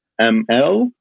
ML